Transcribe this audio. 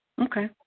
Okay